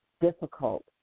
difficult